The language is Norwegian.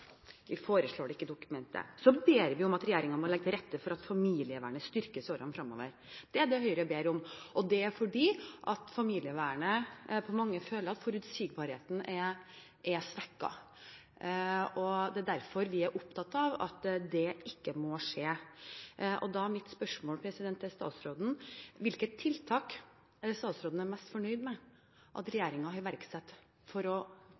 Vi foreslår det ikke i dokumentet. Så ber vi om at regjeringen må legge til rette for at familievernet styrkes i årene fremover. Det er det Høyre ber om, og det er fordi mange føler at forutsigbarheten i familievernet er svekket. Det er derfor vi er opptatt av at det ikke må skje. Da er mitt spørsmål til statsråden: Hvilke tiltak er det statsråden er mest fornøyd med at regjeringen har iverksatt for å